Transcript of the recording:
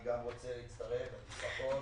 אני גם רוצה להצטרף לברכות.